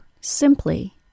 SIMPLY